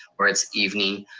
or it's evening.